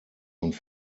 und